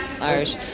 Irish